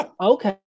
Okay